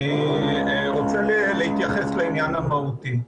אני רוצה להתייחס לעניין המהותי.